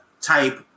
type